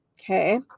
Okay